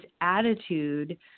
attitude